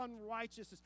unrighteousness